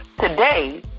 Today